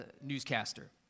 newscaster